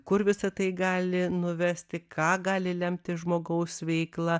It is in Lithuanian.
kur visa tai gali nuvesti ką gali lemti žmogaus veikla